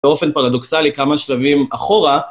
באופן פרדוקסלי, כמה שלבים אחורה.